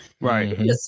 right